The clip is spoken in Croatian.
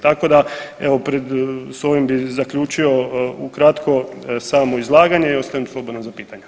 Tako da evo s ovim bi zaključio ukratko samo izlaganje i ostajem slobodan za pitanja.